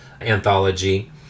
anthology